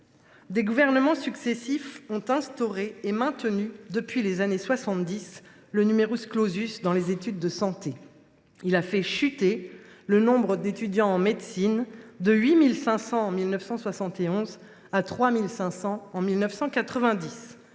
Des gouvernements successifs ont instauré et maintenu, depuis les années 1970, le dans les études de santé, ce qui a fait chuter le nombre d’étudiants en médecine de 8 500 en 1971 à 3 500 en 1990.